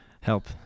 help